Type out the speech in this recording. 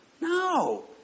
No